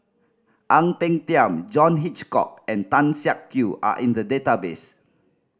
Ang Peng Tiam John Hitchcock and Tan Siak Kew are in the database